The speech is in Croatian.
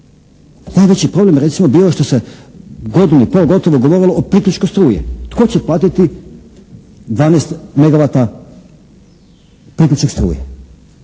Najveći problem je recimo bio što se godinu i pol gotovo govorilo o priključku struje, tko će platiti 12 megavata priključak struje.